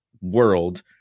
world